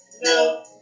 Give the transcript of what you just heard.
no